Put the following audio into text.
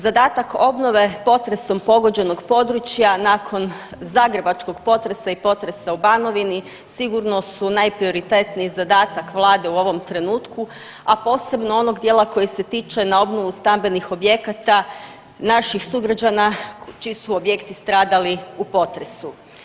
Zadatak obnove potresom pogođenog područja nakon zagrebačkog potresa i potresa u Banovini sigurno su najprioritetniji zadatak Vlade u ovom trenutku, a posebno onog dijela koji se tiče na obnovu stambenih objekata naših sugrađana čiji su objekti stradali u potresu.